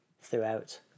throughout